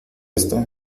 esto